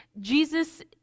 Jesus